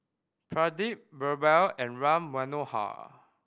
Pradip Birbal and Ram Manohar